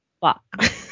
fuck